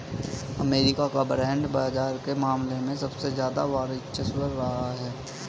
अमरीका का बांड बाजार के मामले में सबसे ज्यादा वर्चस्व रहा है